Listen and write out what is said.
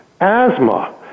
asthma